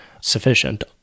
sufficient